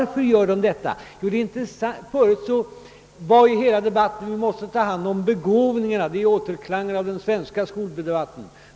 Förut hävdades det alltid i debatten att man måste ta hand om begåvningarna — det är återklanger av den svenska skoldebatten.